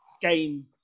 game